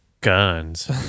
guns